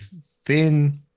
thin